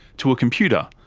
to a computer,